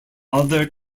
other